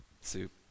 soup